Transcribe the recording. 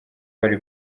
bari